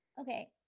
Okay